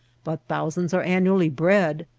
but thousands are annually bred.